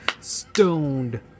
Stoned